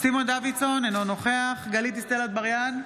סימון דוידסון, אינו נוכח גלית דיסטל אטבריאן,